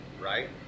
right